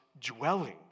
dwelling